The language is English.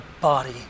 body